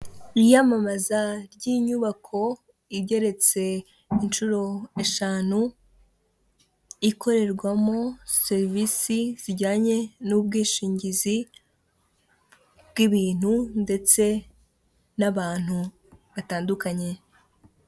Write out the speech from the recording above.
Iyamamaza ry'inyubako igeretse inshuro eshanu, ikorerwamo serivisi zijyanye n'ubwishingizi bw'ibintu ndetse n'abantu batandukanye.